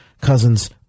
cousins